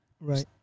Right